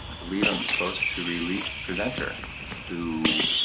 believe i'm supposed to release presenter who.